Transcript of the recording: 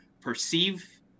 perceive